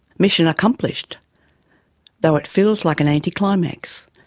mission accomplished though it feels like an anti climax,